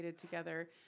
Together